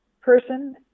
person